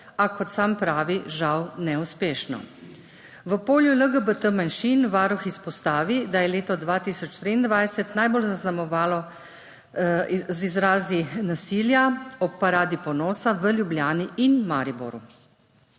a kot sam pravi, žal, neuspešno. Na polju LGBT manjšin Varuh izpostavi, da je leto 2023 najbolj zaznamovalo z izrazi nasilja ob Paradi ponosa v Ljubljani in Mariboru.